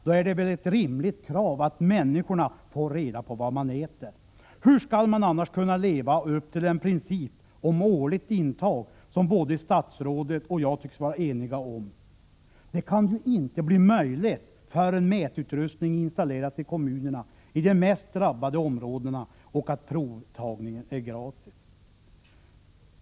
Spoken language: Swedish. Då är det väl ett rimligt krav att människor får reda på vad de äter. Hur skall de annars kunna leva upp till den princip om årligt intag som statsrådet och jag tycks vara eniga om? Det kan inte bli möjligt förrän mätutrustning installeras i kommunerna i de mest drabbade områdena och provtagningen är gratis.